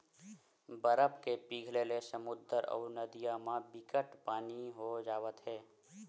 बरफ के पिघले ले समुद्दर अउ नदिया म बिकट के पानी हो जावत हे